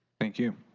thank you.